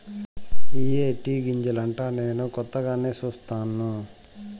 ఇయ్యే టీ గింజలంటా నేను కొత్తగానే సుస్తాను